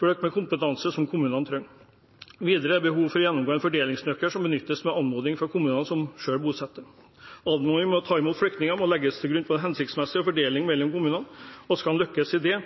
med kompetanse kommunene trenger. Videre er det behov for å gjennomgå en fordelingsnøkkel som benyttes ved anmodning til kommunene om bosetting. Anmodningen om å ta imot flyktninger må legge til grunn en hensiktsmessig fordeling mellom kommunene. Skal man lykkes med det,